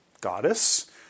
goddess